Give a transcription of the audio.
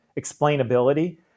explainability